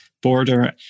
border